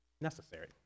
necessary